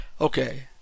Okay